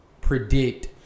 predict